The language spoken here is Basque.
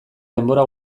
denbora